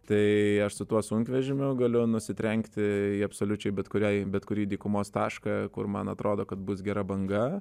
tai aš su tuo sunkvežimiu galėjo nusitrenkti į absoliučiai bet kurią bet kurį dykumos tašką kur man atrodo kad bus gera banga